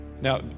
Now